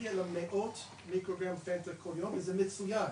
להגיע למאות מיקרוגרם פנטה כל יום וזה מצוין,